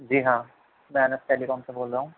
جی ہاں میں Anas telecom سے بول رہا ہوں